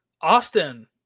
Austin